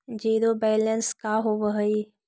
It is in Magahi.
जिरो बैलेंस का होव हइ?